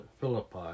Philippi